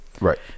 Right